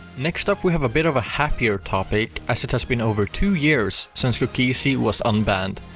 next up we have a bit of a happier topic as it has been over two years since cookiezi was unbanned.